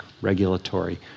regulatory